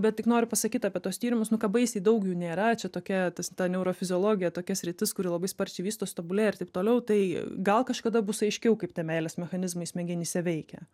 bet tik noriu pasakyt apie tuos tyrimus nu ką baisiai daug jų nėra čia tokia ta su ta neurofiziologija tokia sritis kuri labai sparčiai vystosi tobulėja ir taip toliau tai gal kažkada bus aiškiau kaip tie meilės mechanizmai smegenyse veikia